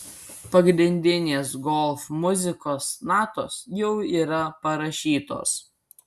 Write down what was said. pagrindinės golf muzikos natos jau yra parašytos